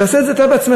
תעשה את זה אתה בעצמך.